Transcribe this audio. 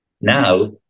now